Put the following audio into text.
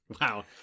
Wow